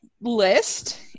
list